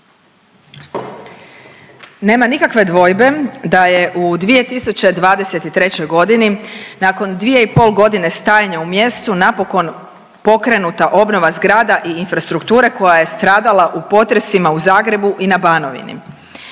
Nema nikakve dvojbe da je 2023.g. nakon dvije i pol godine stajanja u mjestu napokon pokrenuta obnova zgrada i infrastrukture koja je stradala u potresima u Zagrebu i na Banovini.